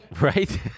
Right